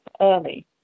early